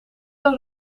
een